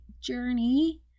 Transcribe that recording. journey